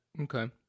okay